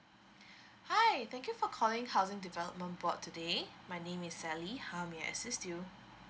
hi thank you for calling housing development board today my name is sally how may I assist you